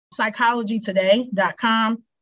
Psychologytoday.com